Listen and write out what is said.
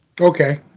Okay